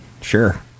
Sure